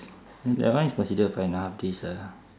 that one is considered five and a half days ah